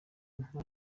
nka